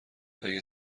اگه